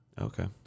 Okay